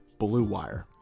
BLUEWIRE